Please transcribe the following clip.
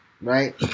right